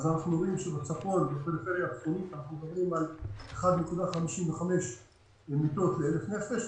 אנחנו רואים שבפריפריה הצפונית אנחנו מדברים על 1.55 מיטות ל-1,000 נפש,